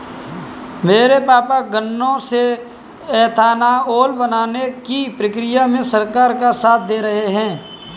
मेरे पापा गन्नों से एथानाओल बनाने की प्रक्रिया में सरकार का साथ दे रहे हैं